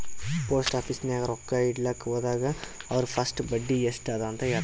post office ನಾಗ್ ರೊಕ್ಕಾ ಇಡ್ಲಕ್ ಹೋದಾಗ ಅವ್ರ ಫಸ್ಟ್ ಬಡ್ಡಿ ಎಸ್ಟ್ ಅದ ಅಂತ ಹೇಳ್ತಾರ್